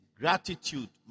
gratitude